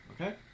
Okay